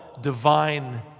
divine